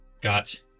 got